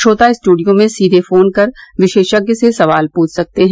श्रोता स्टूडियो में सीधे फोन कर विशेषज्ञ से सवाल पूछ सकते हैं